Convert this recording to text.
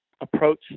approach